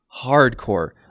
Hardcore